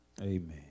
Amen